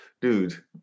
dude